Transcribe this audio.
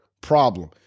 problem